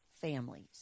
families